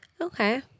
okay